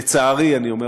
לצערי אני אומר,